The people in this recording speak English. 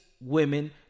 women